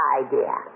idea